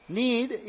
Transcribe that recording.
need